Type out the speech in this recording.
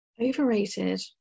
Overrated